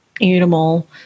animal